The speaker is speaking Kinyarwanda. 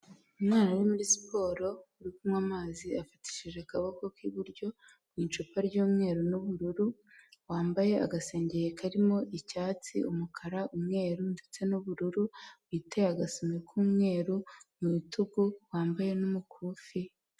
Umwana uri muri siporo, uri kunywa amazi afatishije akaboko k'iburyo mu icupa ry'umweru n'ubururu, wambaye agasengeri karimo icyatsi, umukara, umweru ndetse n'ubururu, witeye agasume k'umweru mu bitugu wambaye n'umukufi.